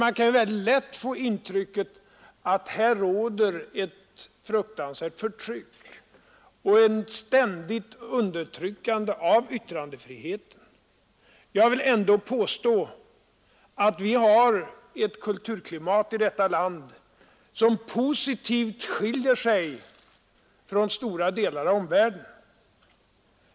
Man kan nämligen lätt få intrycket att det råder ett fruktansvärt förtryck och ett ständigt undertryckande av yttrandefriheten. Jag vill ändå påstå att vi har ett kulturklimat i detta land som positivt skiljer sig från stora delar av världen.